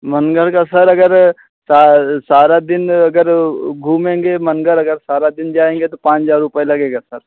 मनगर का sir sir अगर सा सारा दिन अगर घूमेंगे मनगर अगर सारा दिन जाएँगे तो पाँच हज़ार रुपया लगेगा सर